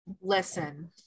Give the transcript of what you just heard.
Listen